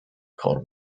called